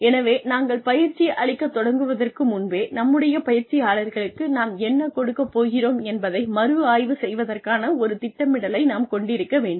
எனவே நாங்கள் பயிற்சி அளிக்கத் தொடங்குவதற்கு முன்பே நம்முடைய பயிற்சியாளர்களுக்கு நாம் என்ன கொடுக்கப் போகிறோம் என்பதைமறு ஆய்வுசெய்வதற்கான ஒரு திட்டமிடலை நாம் கொண்டிருக்க வேண்டும்